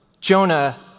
Jonah